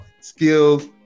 skills